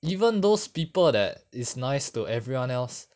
even those people that is nice to everyone else